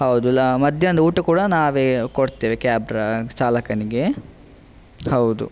ಹೌದು ಲ ಮಧ್ಯಾಹ್ನದ್ ಊಟ ಕೂಡ ನಾವೇ ಕೊಡ್ತೇವೆ ಕ್ಯಾಬ್ ಡ್ರ ಚಾಲಕನಿಗೆ ಹೌದು